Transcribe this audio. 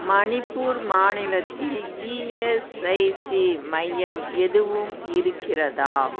மணிப்பூர் மாநிலத்தில் இஎஸ்ஐசி மையம் எதுவும் இருக்கிறதா